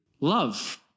love